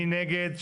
מי נגד?